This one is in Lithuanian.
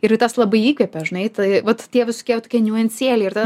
ir tas labai įkvepia žinai tai vat tie visokie tokie niuansėliai ir tada